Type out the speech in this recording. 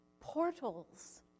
portals